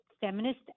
feminist